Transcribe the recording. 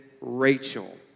Rachel